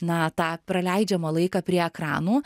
na tą praleidžiamą laiką prie ekranų